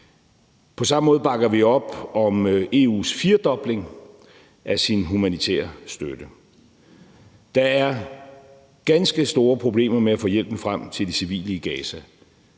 På samme måde bakker vi op om EU's firdobling af sin humanitære støtte. Der er ganske store problemer med at få hjælpen frem til de civile i Gaza.